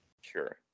Sure